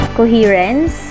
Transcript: coherence